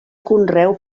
conreu